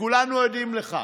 וכולנו עדים לכך.